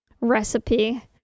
recipe